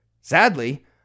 Sadly